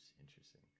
Interesting